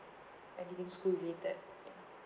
anything school related